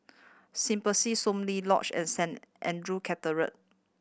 Symbiosis Soon Lee Lodge and Saint Andrew Cathedral